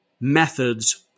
methods